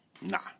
Nah